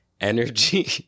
Energy